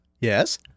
Yes